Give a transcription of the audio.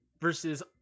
versus